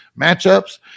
matchups